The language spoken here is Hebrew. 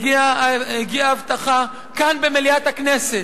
הגיעה ההבטחה כאן במליאת הכנסת.